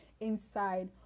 inside